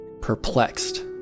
Perplexed